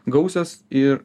gausios ir